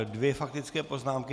Dvě faktické poznámky.